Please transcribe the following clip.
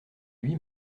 lui